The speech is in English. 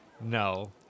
No